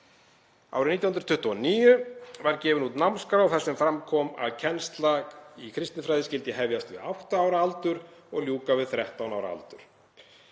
Árið 1929 var gefin út námskrá þar sem fram kom að kennsla kristinfræði skyldi hefjast við átta ára aldur og ljúka við 13 ára aldur.